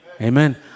Amen